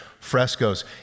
frescoes